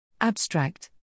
Abstract